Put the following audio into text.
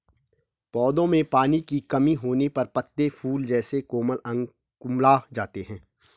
पौधों में पानी की कमी होने पर पत्ते, फूल जैसे कोमल अंग कुम्हला जाते हैं